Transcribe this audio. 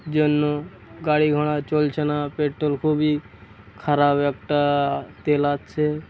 জন্য গাড়ি ঘোড়া চলছে না পেট্রোল খুবই খারাপ একটা তেল আছে